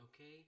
okay